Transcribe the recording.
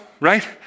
right